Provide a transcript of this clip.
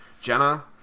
Jenna